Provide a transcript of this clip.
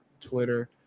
Twitter